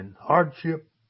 hardship